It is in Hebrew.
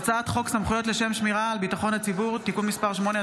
הצעת חוק סמכויות לשם שמירה על ביטחון הציבור (תיקון מס' 8),